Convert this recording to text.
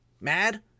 mad